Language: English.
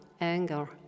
anger